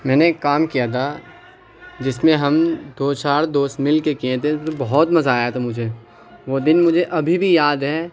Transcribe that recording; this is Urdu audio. میں نے ایک کام کیا تھا جس میں ہم دو چار دوست مل کے کیے تھے تو بہت مزہ آیا تھا مجھے وہ دن مجھے ابھی بھی یاد ہے